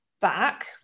back